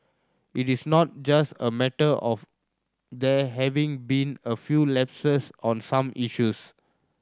it is not just a matter of there having been a few lapses on some issues